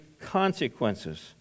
consequences